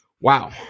Wow